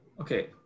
Okay